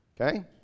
Okay